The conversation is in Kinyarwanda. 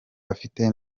afite